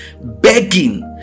begging